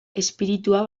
espiritua